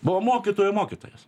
buvo mokytojų mokytojas